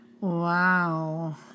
wow